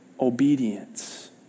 obedience